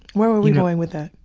where were we going with that?